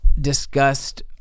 discussed